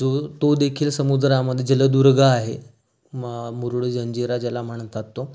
जो तोदेखील समुद्रामध्ये जलदुर्ग आहे मुरुड जंजिरा ज्याला म्हणतात तो